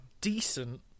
decent